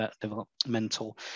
developmental